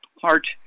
heart